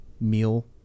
meal